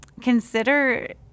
consider